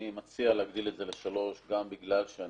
אני מציע להגדיל את זה לשלוש, גם בגלל שאני